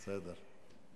בסדר.